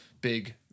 big